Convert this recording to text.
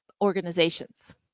organizations